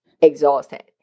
exhausted